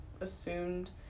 assumed